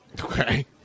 Okay